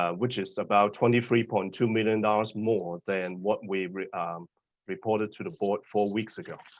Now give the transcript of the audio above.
um which is about twenty three point two million dollars more than what we reported to the board four weeks ago.